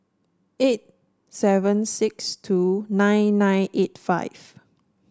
eight seven six two nine nine eight five